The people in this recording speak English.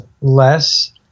less